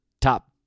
top